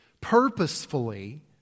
purposefully